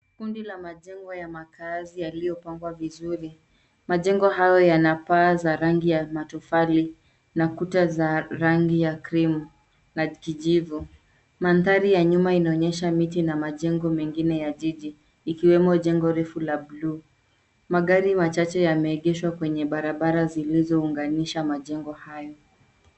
Kundi la majengo ya makaazi yaliyopangwa vizuri. Majengo hayo yana paa za rangi ya matofali na kuta za rangi ya cream na kijivu. Mandhari ya nyuma inaonyesha miti na majengo mengine ya jiji ikiwemo jengo refu la buluu. Magari machache yameegeshwa kwenye barabara zilizounganisha majengo hayo.